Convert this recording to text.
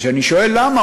אז כשאני שואל למה,